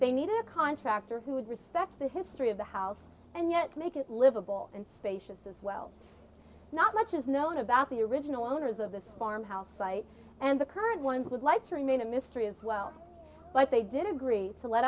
they needed a contractor who would respect the history of the house and yet make it livable and spacious as well not much is known about the original owners of this farm house site and the current ones would like to remain a mystery as well but they did agree to let